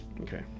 Okay